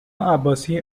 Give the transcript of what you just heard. عباسی